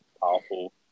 powerful